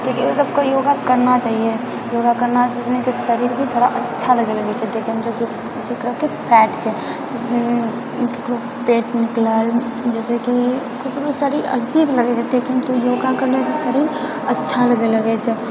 क्युकी ओ सबके योगा करना चाहिए योगा करनासँ ओ सनीके शरीर भी थोड़ा अच्छा लगे लगै छै देखैमे जबकि जेकराके फैट छै केकरो पेट निकलल जैसेकी ककरो शरीर अजीब लगै छै देखैमे योगा करनेसँ शरीर अच्छा लगे लगै छै